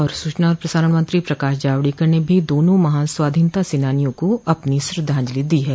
और सूचना और प्रसारण मंत्री प्रकाश जावड़ेकर ने भी दोनों महान स्वाधीनता सेनानियों को अपनी श्रद्धांजलि दी है